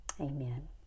amen